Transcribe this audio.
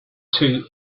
two